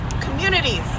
communities